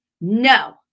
No